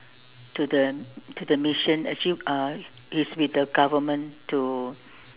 to the to the mission actually uh he's with the government to